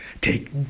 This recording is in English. take